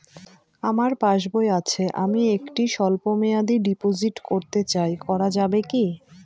আমার পাসবই আছে আমি একটি স্বল্পমেয়াদি ডিপোজিট করতে চাই করা যাবে কি?